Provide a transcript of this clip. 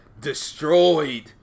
destroyed